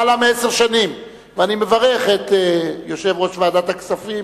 אני קובע שהחלטת הוועדה לזכויות